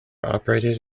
operated